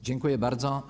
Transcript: Dziękuję bardzo.